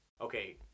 okay